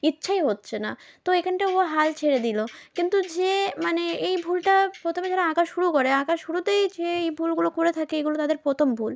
ইচ্ছেই হচ্ছে না তো এখানটায় ও হাল ছেড়ে দিলো কিন্তু যে মানে এই ভুলটা প্রথমে যারা আঁকা শুরু করে আঁকা শুরুতেই যে এই ভুলগুলো করে থাকে এগুলো তাদের প্রথম ভুল